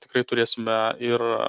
tikrai turėsime ir